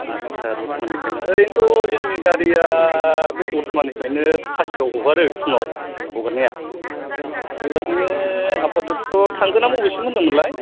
आच्चा दथ'मानिफ्रायना ओरैनोथ' जोंनि गारिआ बे दथ'मानिफ्रायनो पासथायाव हगारो फुङाव हगारनाया बेबादिनो हाफाददथ' थांगोना बबेसिम होनदोंमोनलाय